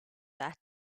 that